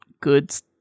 goods